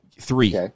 Three